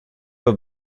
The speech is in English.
will